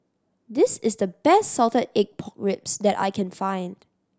this is the best salted egg pork ribs that I can find